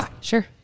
Sure